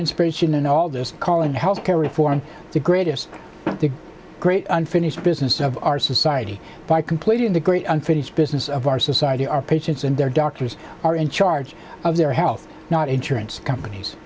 inspiration in all this calling the health care reform the greatest the great unfinished business of our society by completing the great unfinished business of our society our patients and their doctors are in charge of their health not insurance companies